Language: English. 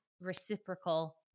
reciprocal